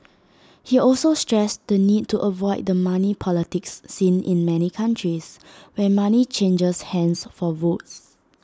he also stressed the need to avoid the money politics seen in many countries where money changes hands for votes